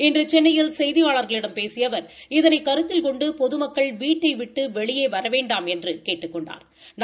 இன்று சென்னையில் செய்தியாளர்களிடம் பேசிய அவர் இதனை கருத்தில் கொண்டு பொதுமக்கள் வீட்டை விட்டு வெளியேற வேண்டாம் என்று கேட்டுக் கொண்டாா்